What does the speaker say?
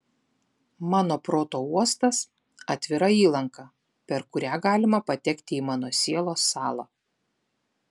mano proto uostas atvira įlanka per kurią galima patekti į mano sielos sąlą